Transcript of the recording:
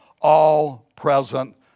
all-present